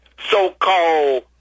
so-called